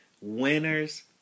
Winners